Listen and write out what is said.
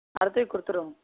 அடுத்த வீக் கொடுத்துடுவேன் மேம்